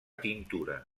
tintura